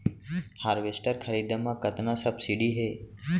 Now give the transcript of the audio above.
Harvester खरीदे म कतना सब्सिडी हे?